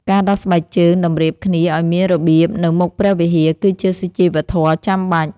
ការដោះស្បែកជើងតម្រៀបគ្នាឱ្យមានរបៀបនៅមុខព្រះវិហារ គឺជាសុជីវធម៌ចាំបាច់។